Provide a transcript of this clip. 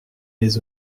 les